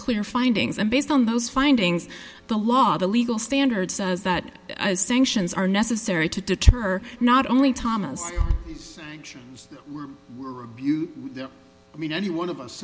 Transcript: clear findings and based on those findings the law the legal standard says that sanctions are necessary to deter not only thomas these were were abused i mean any one of us